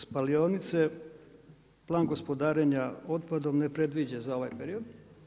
Spalionice, Plan gospodarenja otpadom ne predviđa za ovaj period.